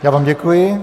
Já vám děkuji.